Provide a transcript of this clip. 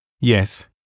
Yes